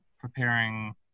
preparing